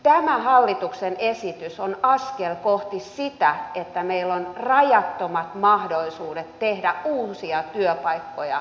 tämä hallituksen esitys on askel kohti sitä että meillä on rajattomat mahdollisuudet tehdä uusia työpaikkoja suomelle